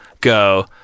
go